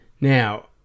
Now